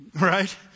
Right